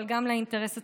אבל גם לאינטרס הציבורי.